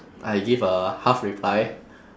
I give a half reply